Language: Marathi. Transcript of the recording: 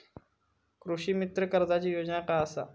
कृषीमित्र कर्जाची योजना काय असा?